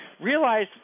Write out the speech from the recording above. Realize